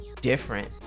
different